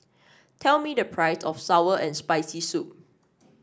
tell me the price of sour and Spicy Soup